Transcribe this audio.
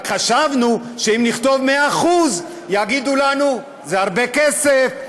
רק חשבנו שאם נכתוב 100% יגידו לנו: זה הרבה כסף,